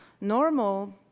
normal